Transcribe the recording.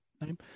Name